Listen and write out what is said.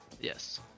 Yes